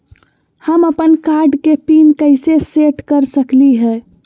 हम अपन कार्ड के पिन कैसे सेट कर सकली ह?